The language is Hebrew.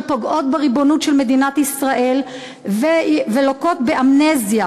פוגעות בריבונות של מדינת ישראל ולוקות באמנזיה,